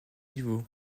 niveau